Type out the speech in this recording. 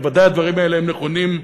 בוודאי הדברים האלה הם נכונים.